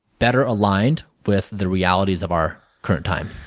better aligned with the realities of our current time.